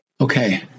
Okay